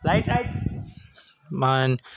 Mann